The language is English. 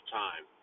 time